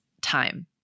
time